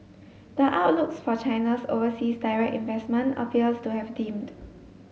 the outlooks for China's overseas direct investment appears to have dimmed